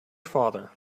father